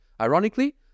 Ironically